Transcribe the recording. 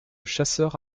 chasseurs